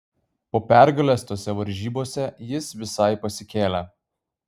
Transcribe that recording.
po pergalės tose varžybose jis visai pasikėlė